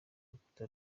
rukuta